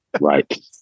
Right